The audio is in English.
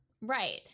Right